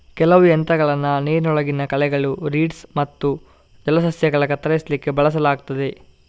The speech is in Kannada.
ಕೆಲವು ಯಂತ್ರಗಳನ್ನ ನೀರಿನೊಳಗಿನ ಕಳೆಗಳು, ರೀಡ್ಸ್ ಮತ್ತು ಇತರ ಜಲಸಸ್ಯಗಳನ್ನ ಕತ್ತರಿಸ್ಲಿಕ್ಕೆ ಬಳಸಲಾಗ್ತದೆ